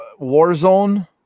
Warzone